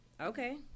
okay